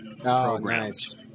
programs